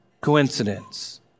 coincidence